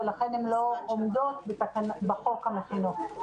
ולכן הן לא עומדות בחוק המכינות.